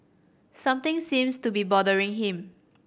something seems to be bothering him